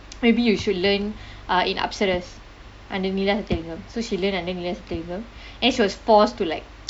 maybe you should learn uh in apsaras under meera sathyarangam so she learned under meera sathyarangam then she was forced to like